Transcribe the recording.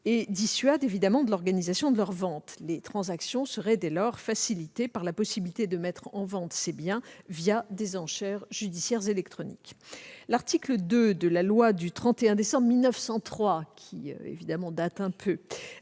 et dissuade de l'organisation de leurs ventes. Les transactions seraient dès lors facilitées par la possibilité de mettre en vente ces biens des enchères judiciaires électroniques. L'article 2 de la loi du 31 décembre 1903 relative à la vente